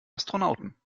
astronauten